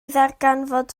ddarganfod